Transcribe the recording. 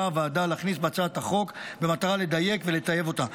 הוועדה להכניס בהצעת החוק במטרה לדייק ולטייב אותה.